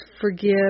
forgive